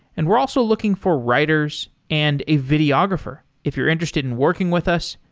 and we're also looking for writers and a videographer. if you're interested in working with us,